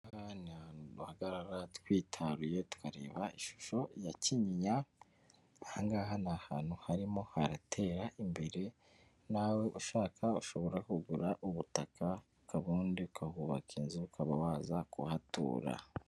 Aha ngaha niu ahantu duhagarara twitaruye tukareba ishusho ya Kinyinya, aha ngaha ni ahantu harimo haratera imbere, nawe ushaka ushobora kugura ubutaka, ubundi ukahubaka inzu ukaba waza kuhatura.